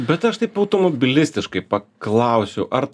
bet aš taip automobilistiškai paklausiu ar